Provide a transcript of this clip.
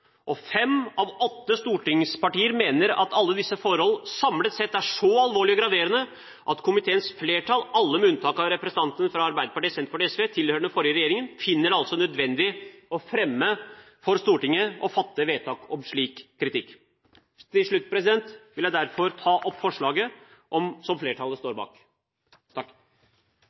og fem av åtte stortingspartier mener at alle disse forhold samlet sett er så alvorlige og graverende at komiteens flertall – alle unntatt representantene fra Arbeiderpartiet, Senterpartiet og SV, tilhørende den forrige regjeringen – finner det nødvendig å fremme forslag for Stortinget om å fatte vedtak om slik kritikk. Til slutt vil jeg derfor tilrå det forslaget til vedtak som flertallet står bak.